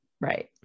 Right